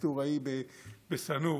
מטוראי בסנור,